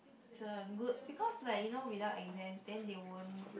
it's a good because like you know without exams then they won't